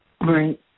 Right